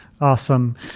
Awesome